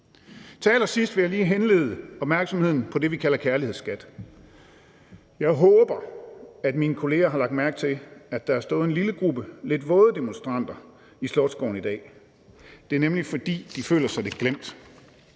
Til allersidst vil jeg lige henlede opmærksomheden på det, vi kalder kærlighedsskat. Jeg håber, at mine kolleger har lagt mærke til, at der har stået en lille gruppe lidt våde demonstranter i Rigsdagsgården i dag – det er nemlig, fordi de føler sig lidt glemt.